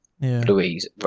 Louise